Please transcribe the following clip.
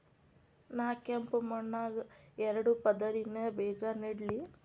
ನಾ ಕೆಂಪ್ ಮಣ್ಣಾಗ ಎರಡು ಪದರಿನ ಬೇಜಾ ನೆಡ್ಲಿ?